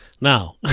Now